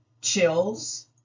chills